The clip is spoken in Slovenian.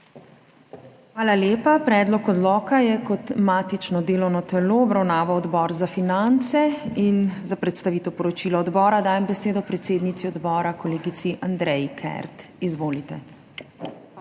Hvala lepa. Predlog odloka je kot matično delovno telo obravnaval Odbor za finance. Za predstavitev poročila odbora dajem besedo predsednici odbora, kolegici Andreji Kert. Izvolite.